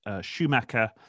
Schumacher